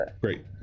Great